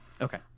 Okay